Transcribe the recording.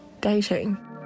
dating